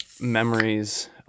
memories